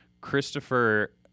Christopher